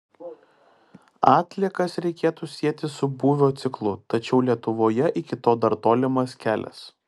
atliekas reikėtų sieti su būvio ciklu tačiau lietuvoje iki to dar tolimas kelias